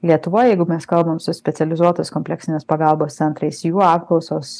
lietuvoj jeigu mes kalbam su specializuotos kompleksinės pagalbos centrais jų apklausos